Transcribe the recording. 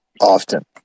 often